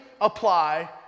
apply